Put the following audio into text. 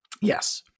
yes